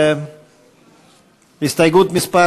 הסתייגות מס'